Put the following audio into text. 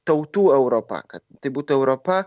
tautų europa kad tai būtų europa